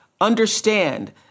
understand